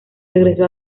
regresó